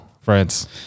France